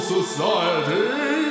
Society